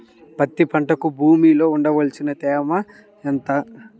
పత్తి పంటకు భూమిలో ఉండవలసిన తేమ ఎంత?